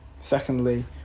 Secondly